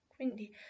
Quindi